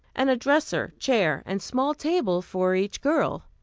and a dresser, chair and small table for each girl.